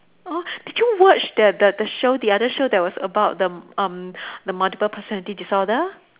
orh did you watch the the the show the other show that was about the um the multiple personality disorder